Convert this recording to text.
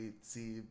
see